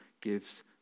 gives